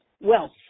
wealth